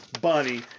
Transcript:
Bunny